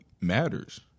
matters